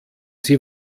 sie